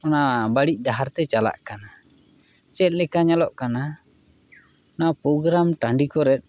ᱚᱱᱟ ᱵᱟᱹᱲᱤᱡ ᱰᱟᱦᱟᱨ ᱛᱮᱭ ᱪᱟᱞᱟᱜ ᱠᱟᱱᱟ ᱪᱮᱫ ᱞᱮᱠᱟ ᱧᱮᱞᱚᱜ ᱠᱟᱱᱟ ᱚᱱᱟ ᱯᱨᱳᱜᱨᱟᱢ ᱴᱟᱺᱰᱤ ᱠᱚᱨᱮ